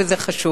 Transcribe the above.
וזה חשוב.